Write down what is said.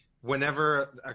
whenever